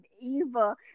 Eva